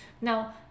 Now